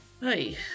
hey